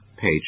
page